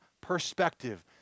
perspective